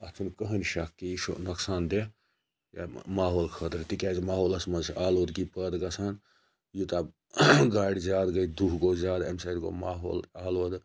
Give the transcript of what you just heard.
اتھ چھُنہٕ کٕہٕنۍ شَک کہِ یہِ چھُ نۄقصان دہ ماحول خٲطرٕ تکیازِ ماحولَس مَنٛز چھِ آلودگی پٲدٕ گَژھان یوتاہ گاڑِ زیادٕ گٔے دُہہ گوٚو زیادٕ امہ سۭتۍ گوٚو ماحول آلودٕ